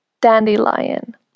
Dandelion